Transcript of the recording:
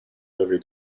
every